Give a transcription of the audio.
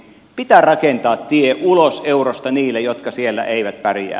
pitää rakentaa tie ulos eurosta niille jotka siellä eivät pärjää